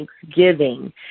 Thanksgiving